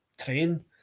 train